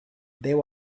there